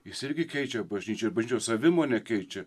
jis irgi keičia bažnyčią ir bažnyčios savimonę keičia